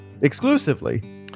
Exclusively